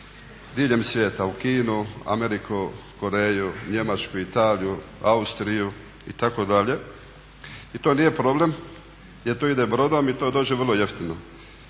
diljem svijeta u Kinu, Ameriku, Koreju, Njemačku, Italiju, Austriju itd. i to nije problem jer to ide brodom i to dođe vrlo jeftino.